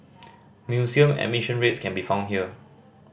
museum admission rates can be found here